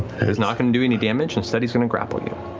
it is not going to do any damage. instead, he's going to grapple you.